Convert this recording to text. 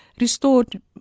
restored